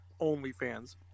OnlyFans